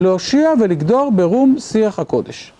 להושיע ולגדור ברום שיח הקודש.